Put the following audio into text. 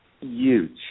huge